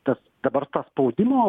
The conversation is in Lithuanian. tas dabar tą spaudimo